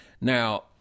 Now